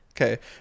Okay